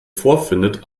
vorfindet